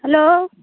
hello